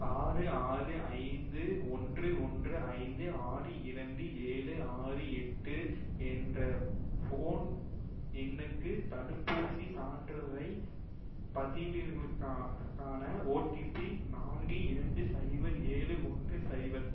ஆறு ஆறு ஐந்து ஒன்று ஒன்று ஐந்து ஆறு இரண்டு ஏழு ஆறு எட்டு என்ற ஃபோன் எண்ணுக்கு தடுப்பூசிச் சான்றிதழைப் பதிவிறகான கான ஓடிபி நான்கு இரண்டு சைபர் ஏழு ஒன்று சைபர்